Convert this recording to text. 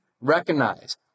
recognize